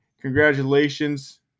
congratulations